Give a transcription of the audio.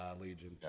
Legion